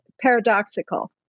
paradoxical